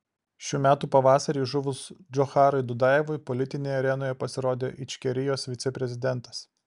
šių metų pavasarį žuvus džocharui dudajevui politinėje arenoje pasirodė ičkerijos viceprezidentas